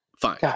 Fine